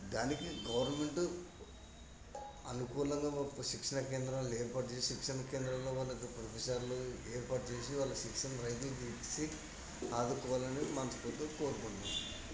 దానికి గవర్నమెంట్ అనుకూలంగా శిక్షణ కేంద్రాలు ఏర్పాటు చేసి శిక్షణ క్రేంద్రాల్లో వారికి ప్రొఫెసర్లు ఏర్పాటు చేసి వాళ్ళ శిక్షణ రైతులకు ఇచ్చి ఆదుకోవాలని మనస్ఫూర్తిగా కోరుకుంటున్నాను